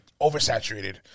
oversaturated